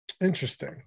Interesting